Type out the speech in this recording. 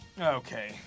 Okay